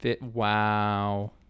Wow